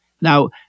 Now